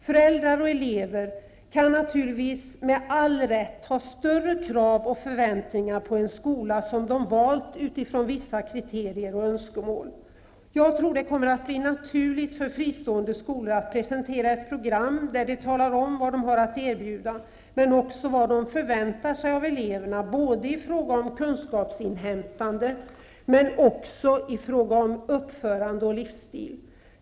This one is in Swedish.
Föräldrar och elever kan naturligtvis med all rätt ha större krav och förväntningar på en skola som de valt utifrån vissa kriterier och önskemål. Jag tror att det kommer att bli naturligt för fristående skolor att presentera ett program där de talar om vad de har att erbjuda, men också vad de förväntar sig av eleverna i fråga om kunskapsinhämtande och även i fråga om uppförande och livsstil.